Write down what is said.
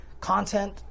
content